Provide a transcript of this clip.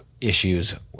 issues